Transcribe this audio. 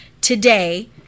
today